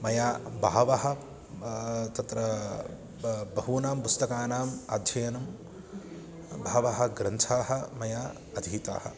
मया बहवः तत्र बा बहूनां पुस्तकानाम् अध्ययनं बहवः ग्रन्थाः मया अधीताः